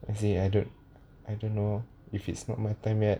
I say I don't I don't know if it's not my time yet